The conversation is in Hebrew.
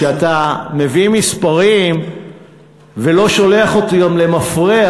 כשאתה מביא מספרים ולא שולח מראש,